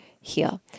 heal